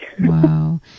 Wow